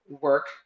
work